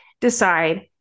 decide